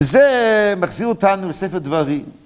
זה מחזיר אותנו לספר דברים.